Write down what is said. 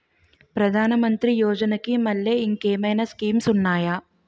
ప్రధాన మంత్రి యోజన కి మల్లె ఇంకేమైనా స్కీమ్స్ ఉన్నాయా?